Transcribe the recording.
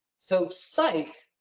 so sight,